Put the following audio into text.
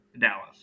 Dallas